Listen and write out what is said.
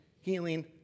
healing